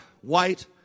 white